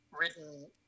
written